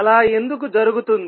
అలా ఎందుకు జరుగుతుంది